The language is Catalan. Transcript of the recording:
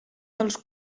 dels